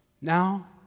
Now